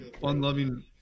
fun-loving